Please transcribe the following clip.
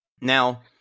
Now